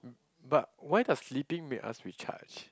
but why does sleeping make us recharged